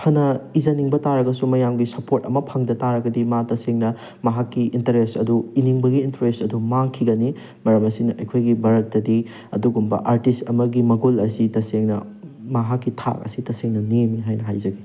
ꯐꯅ ꯏꯖꯅꯤꯡꯕ ꯇꯥꯔꯒꯁꯨ ꯃꯌꯥꯝꯒꯤ ꯁꯄꯣꯔꯠ ꯑꯃ ꯐꯪꯗ ꯇꯥꯔꯒꯗꯤ ꯃꯥ ꯇꯁꯦꯡꯅ ꯃꯍꯥꯛꯀꯤ ꯏꯟꯇꯔꯦꯁ ꯑꯗꯨ ꯏꯅꯤꯡꯕꯒꯤ ꯏꯟꯇꯔꯦꯁ ꯑꯗꯨ ꯃꯥꯡꯈꯤꯒꯅꯤ ꯃꯔꯝ ꯑꯁꯤꯅ ꯑꯩꯈꯣꯏꯒꯤ ꯚꯥꯔꯠꯇꯗꯤ ꯑꯗꯨꯒꯨꯝꯕ ꯑꯥꯔꯇꯤꯁ ꯑꯃꯒꯤ ꯃꯒꯨꯜ ꯑꯁꯤ ꯇꯁꯦꯡꯅ ꯃꯍꯥꯛꯀꯤ ꯊꯥꯛ ꯑꯁꯤ ꯇꯁꯦꯡꯅ ꯅꯦꯝꯃꯤ ꯍꯥꯏꯅ ꯍꯥꯏꯖꯒꯦ